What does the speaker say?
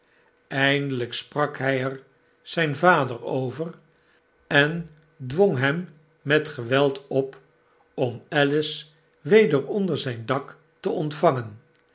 eindelgk sprak hg er zgn vader over en dwong hem met geweld op om alice weder onder zgn dak te ontvangen